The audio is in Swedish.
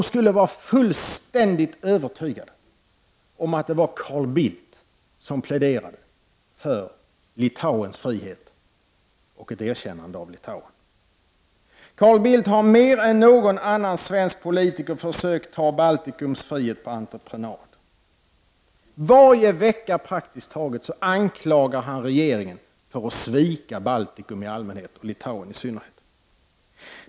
De skulle vara fullständigt övertygade om att det var Carl Bildt som pläderade för Litauens frihet och för ett erkännande av Litauen. Carl Bildt har mer än någon annan svensk politiker försökt ta Baltikums frihet på entreprenad. Praktiskt taget varje vecka anklagar han regeringen för att svika Baltikum i allmänhet och Litauen i synnerhet.